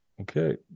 Okay